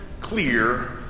clear